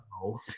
No